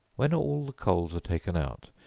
when all the coals are taken out,